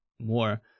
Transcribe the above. more